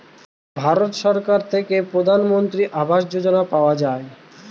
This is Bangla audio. ভারত সরকার থেকে প্রধানমন্ত্রী আবাস যোজনা পাওয়া যায়